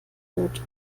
wird